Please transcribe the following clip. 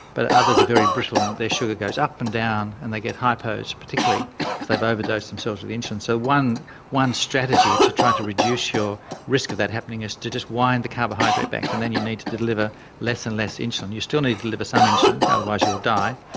but others are very brittle and their sugar goes up and down and they get hypos, particularly because they've overdosed themselves with insulin. so one one strategy to try to reduce your risk of that happening is to just wind the carbohydrate back, and then you need to deliver less and less insulin. you still need to deliver some insulin otherwise you will die,